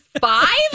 five